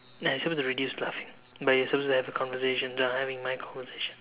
no you supposed to reduce laughing but you're suppose to have a conversation so I'm having my conversation